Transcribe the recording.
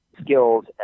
skills